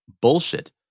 bullshit